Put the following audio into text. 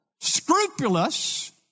scrupulous